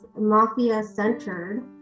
mafia-centered